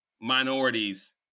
minorities